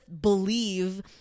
believe